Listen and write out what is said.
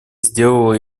сделала